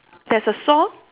there's a saw